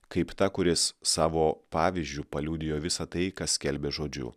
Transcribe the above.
kaip ta kuris savo pavyzdžiu paliudijo visą tai ką skelbė žodžiu